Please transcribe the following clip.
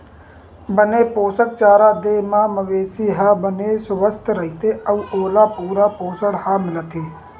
बने पोसक चारा दे म मवेशी ह बने सुवस्थ रहिथे अउ ओला पूरा पोसण ह मिलथे